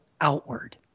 outward